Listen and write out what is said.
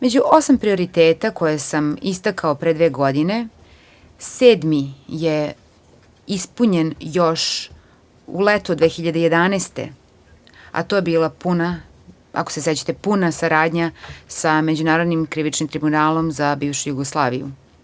Među osam prioriteta koje sam istakao pre dve godine, sedmi je ispunjen još u leto 2011. godine, a to je bila, ako se sećate, puna saradnja sa Međunarodnim krivičnim tribunalom za bivšu Jugoslaviju.